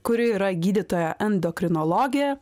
kuri yra gydytoja endokrinologė